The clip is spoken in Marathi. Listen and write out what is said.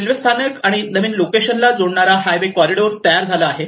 रेल्वे स्थानक आणि नवीन लोकेशनला जोडणारा हायवे कॉरिडोर तयार झाला आहे